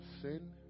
sin